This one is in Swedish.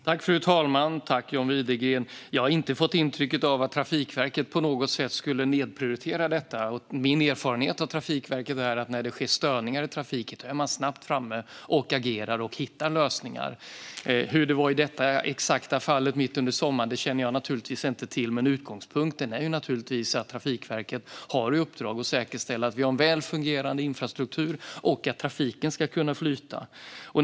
Herr talman! Jag har inte fått intrycket att Trafikverket på något sätt skulle nedprioritera detta. Min erfarenhet av Trafikverket är att man när det sker störningar i trafiken snabbt är framme och agerar och hittar lösningar. Hur det var i just detta fall, mitt i sommaren, känner jag inte till, men utgångspunkten är naturligtvis att Trafikverket har i uppdrag att säkerställa att vi har en väl fungerande infrastruktur och att trafiken ska kunna flyta.